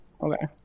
Okay